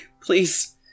please